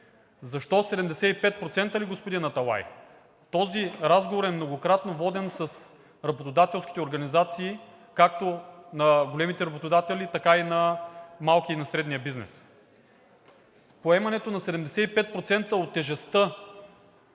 Защо 75% ли, господин Аталай? Този разговор е многократно воден с работодателските организации както на големите работодатели, така и на малкия и средния бизнес. Поемането на 75% от тежестта